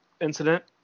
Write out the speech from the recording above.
incident